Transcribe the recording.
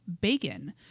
Bacon